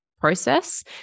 process